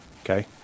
Okay